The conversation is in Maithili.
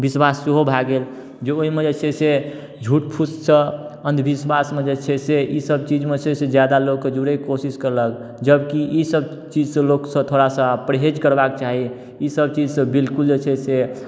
विश्वास सेहो भऽ गेल जे ओहिमे जे छै से झूठ फूस सऽ अंधविश्वासमे जे छै से इसब चीजमे जे छै से जादा लोकके जुड़ैके कोशिश केलक जबकि इसब चीज सँ लोक थोड़ा सा परहेज़ करबाके चाही इसब चीज सऽ बिल्कुल जे छै से